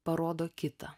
parodo kitą